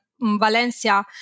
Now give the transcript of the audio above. Valencia